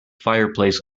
fireplace